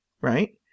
right